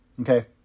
okay